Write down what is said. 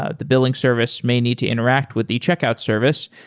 ah the billing service may need to interact with the check-out service.